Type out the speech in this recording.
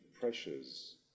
pressures